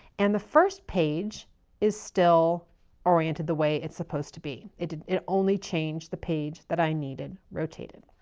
and the first page is still oriented the way it's supposed to be. it it only changed the page that i needed rotated,